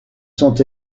sont